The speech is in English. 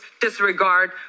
disregard